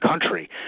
country